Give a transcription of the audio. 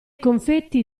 confetti